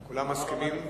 כולם מסכימים?